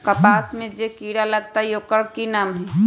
कपास में जे किरा लागत है ओकर कि नाम है?